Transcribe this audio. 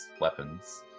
weapons